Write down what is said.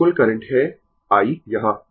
यह कुल करंट है i यहाँ